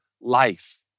life